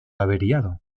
averiado